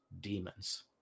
demons